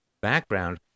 background